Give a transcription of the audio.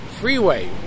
freeway